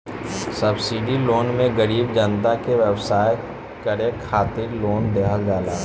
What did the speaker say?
subsidy loan मे गरीब जनता के व्यवसाय करे खातिर लोन देहल जाला